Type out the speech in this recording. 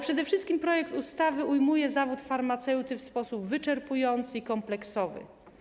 Przede wszystkim projekt ustawy ujmuje zawód farmaceuty w sposób wyczerpujący i kompleksowy.